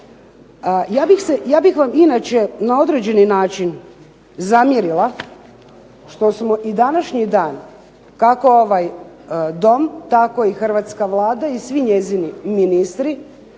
Ja bih vam inače na određeni način zamjerila što smo i današnji dan, kako ovaj Dom, tako i hrvatska Vlada i svi njezini ministri